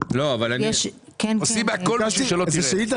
עושים הכול כדי שלא תראה.